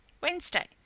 Wednesday